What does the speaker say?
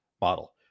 model